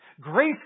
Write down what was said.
Grace